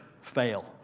fail